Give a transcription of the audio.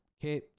okay